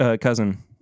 cousin